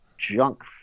junk